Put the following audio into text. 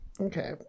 okay